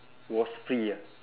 was free ah